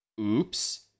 Oops